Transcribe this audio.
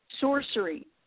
sorcery